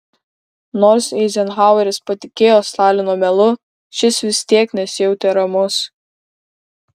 nors eizenhaueris patikėjo stalino melu šis vis tiek nesijautė ramus